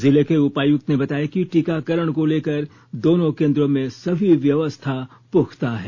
जिले के उपायुक्त ने बताया कि टीकाकरण को लेकर दोनों केंद्रों में सभी व्यवस्था पुख्ता है